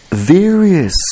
Various